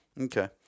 Okay